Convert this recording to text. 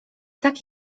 tak